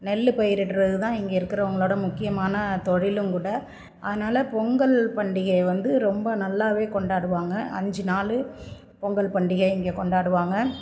நெல் பயிரிடறதுதான் இங்கே இருக்கிறவங்களோட முக்கியமான தொழிலும்கூட அதனாலே பொங்கல் பண்டிகை வந்து ரொம்ப நல்லாவே கொண்டாடுவாங்க அஞ்சு நாள் பொங்கல் பண்டிகை இங்கே கொண்டாடுவாங்க